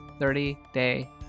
30-day